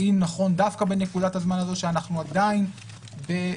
האם נכון דווקא בנקודת הזמן הזו שאנחנו עדיין בשלהי,